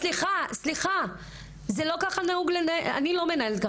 סליחה את לא אומרת את זה בעמידה,